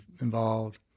involved